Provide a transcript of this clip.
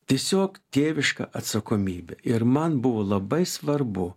tiesiog tėviška atsakomybė ir man buvo labai svarbu